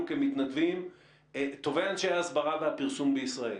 כמתנדבים טובי אנשי ההסברה והפרסום בישראל.